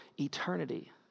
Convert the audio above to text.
eternity